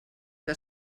que